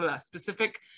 specific